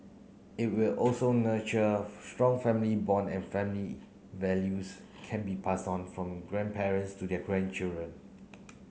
it will also nurture strong family bond and family values can be passed on from grandparents to their grandchildren